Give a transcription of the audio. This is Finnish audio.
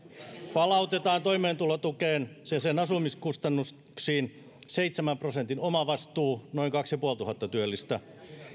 palautetaan toimeentulotukeen sen asumiskustannuksiin seitsemän prosentin omavastuu noin kaksituhattaviisisataa työllistä